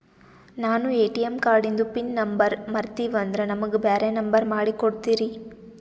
ನಾನು ಎ.ಟಿ.ಎಂ ಕಾರ್ಡಿಂದು PIN number ಮರತೀವಂದ್ರ ನಮಗ ಬ್ಯಾರೆ ನಂಬರ್ ಮಾಡಿ ಕೊಡ್ತೀರಿ?